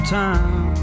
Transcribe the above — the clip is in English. time